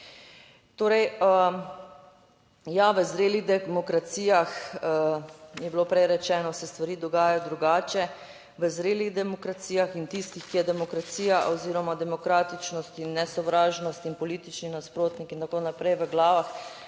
Torej, ja, v zrelih demokracijah, je bilo prej rečeno, se stvari dogajajo drugače, v zrelih demokracijah in tistih, ki je demokracija oziroma demokratičnost in nesovražnost in politični nasprotniki in tako naprej v glavah